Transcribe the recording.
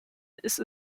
ist